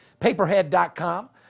paperhead.com